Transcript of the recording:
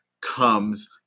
comes